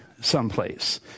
someplace